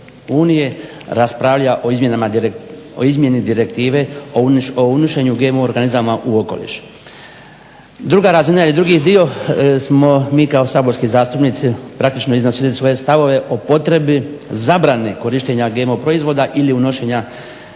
EU raspravlja o izmjeni direktive o unošenju GMO organizama u okoliš. Druga razina je ili drugi dio smo mi kao saborski zastupnici praktično iznosili svoje stavove o potrebi, zabrani GMO proizvoda ili unošenja